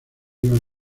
iban